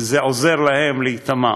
זה עוזר להם להיטמע.